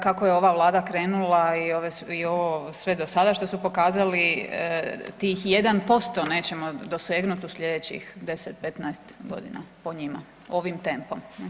Kako je ova Vlada krenula i ovo sve do sada što su pokazali, tih 1% nećemo dosegnuti u sljedećih 10, 15 godina, po njima, ovim tempom.